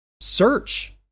search